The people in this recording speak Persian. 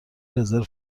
رزرو